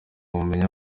mumenye